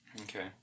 Okay